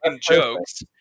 jokes